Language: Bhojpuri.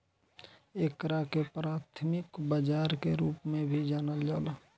एकरा के प्राथमिक बाजार के रूप में भी जानल जाला